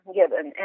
given